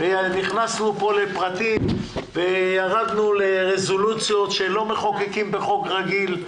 נכנסנו כאן לפרטים וירדנו לרזולוציות שלא מחוקקים בחוק רגיל,